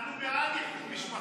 אנחנו בעד איחוד משפחות,